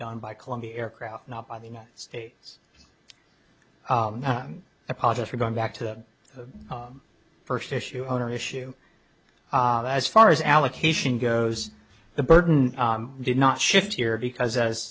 done by columbia aircraft not by the united states apologise for going back to the first issue owner issue as far as allocation goes the burden did not shift here because as